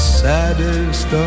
saddest